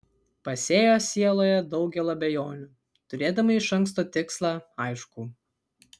pasėjo sieloje daugel abejonių turėdama iš anksto tikslą aiškų